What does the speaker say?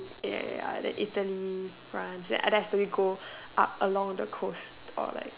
ya ya ya then Italy France unless it's really cold along the coast